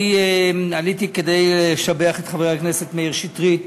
אני עליתי כדי לשבח את חבר הכנסת מאיר שטרית